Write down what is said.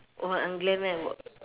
我很 unglam eh 我